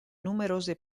numerose